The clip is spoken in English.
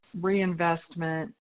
reinvestment